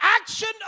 action